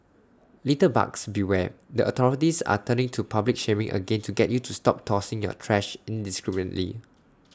litterbugs beware the authorities are turning to public shaming again to get you to stop tossing your trash indiscriminately